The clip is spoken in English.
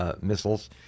missiles